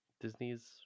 Disney's